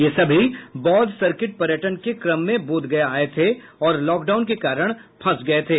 ये सभी बौद्ध सर्किट पर्यटन के क्रम में बोधगया आये थे और लॉकडाउन के कारण फंसे हुए थे